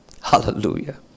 Hallelujah